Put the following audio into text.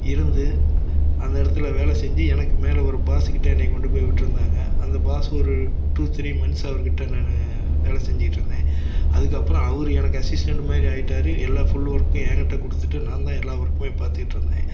இருந்து அந்த இடத்துல வேலை செஞ்சு எனக்கு மேலே ஒரு பாஸுக்கிட்ட என்னை கொண்டு போய் விட்டிருந்தாங்க அந்த பாஸ் ஒரு டூ த்ரீ மந்த்ஸ் அவர்கிட்ட நான் வேலை செஞ்சுக்கிட்ருந்தேன் அதுக்கப்புறம் அவரு எனக்கு அசிஸ்டெண்ட் மாதிரி ஆகிட்டாரு எல்லா ஃபுல் ஒர்க்கும் எங்கிட்ட கொடுத்துட்டு நான்தான் எல்லா ஒர்க்குமே பார்த்துட்ருந்தேன்